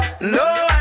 no